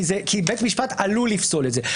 כי בית משפט עלול לפסול את זה.